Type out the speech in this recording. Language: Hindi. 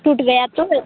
टूट गया तो मैं